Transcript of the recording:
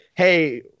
hey